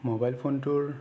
mobile ফোনটোৰ